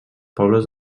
pobles